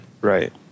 Right